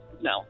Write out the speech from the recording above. no